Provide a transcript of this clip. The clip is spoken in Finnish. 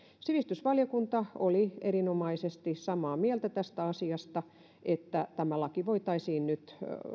sivistysvaliokunta oli erinomaisesti samaa mieltä tästä asiasta että tämä laki voitaisiin nyt